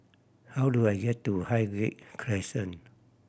how do I get to Highgate Crescent